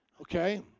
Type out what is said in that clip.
okay